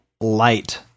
light